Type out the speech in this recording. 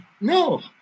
No